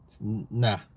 Nah